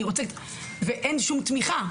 ואין שום תמיכה.